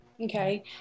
Okay